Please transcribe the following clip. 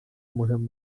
مهم